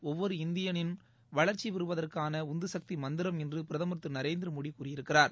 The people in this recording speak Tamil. ஒவ்வொரு இந்தியனும் வளர்ச்சி பெறுவதற்கான உந்துசக்தி மந்திரம் என்று பிரதம் திரு நரேந்திரமோடி கூறியிருக்கிறார்